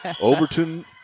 Overton